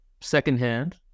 secondhand